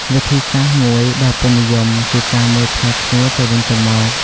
វិធីសាស្រ្តមួយដ៏ពេញនិយម គឺ ការមើលថែគ្នាទៅវិញទៅមក។